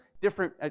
Different